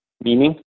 meaning